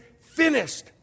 finished